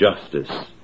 justice